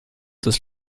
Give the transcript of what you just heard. das